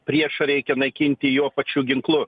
priešą reikia naikinti jo pačiu ginklu